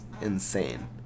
insane